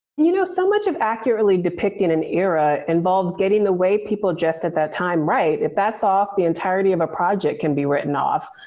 you know, so much of accurately depicting an era involves getting the way people dressed at that time right. if that's off, the entirety of a project can be written off.